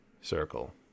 circle